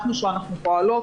אנחנו, שאנחנו פועלות